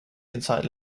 inside